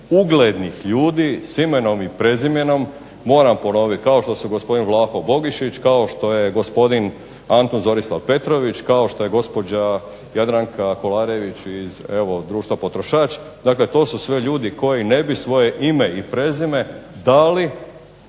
uglednih ljudi s imenom i prezimenom, moram ponoviti kao što su gospodin Vlaho Bogišić, kao što je gospodin Antun Zorislav Petrović, kao što je gospođa Jadranka Kolarević iz evo društva potrošač, dakle to su sve ljudi koji ne bi svoje ime i prezime dali